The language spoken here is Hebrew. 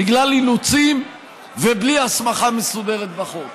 בגלל אילוצים ובלי הסמכה מסודרת בחוק.